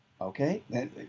Okay